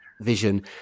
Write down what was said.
vision